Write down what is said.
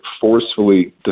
forcefully